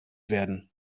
werden